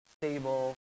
stable